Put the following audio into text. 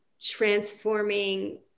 transforming